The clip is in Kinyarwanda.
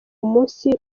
umunsi